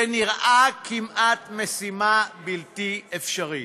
זה נראה כמעט משימה בלתי אפשרית.